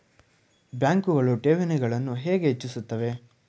ಬ್ಯಾಂಕುಗಳು ಠೇವಣಿಗಳನ್ನು ಹೇಗೆ ಹೆಚ್ಚಿಸುತ್ತವೆ?